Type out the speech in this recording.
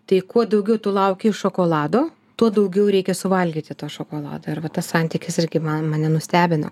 tai kuo daugiau tu lauki iš šokolado tuo daugiau reikia suvalgyti to šokolado ir va tas santykis irgi man mane nustebino